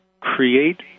create